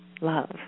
love